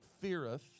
feareth